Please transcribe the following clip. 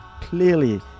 clearly